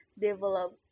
develop